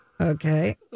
Okay